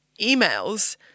emails